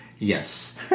yes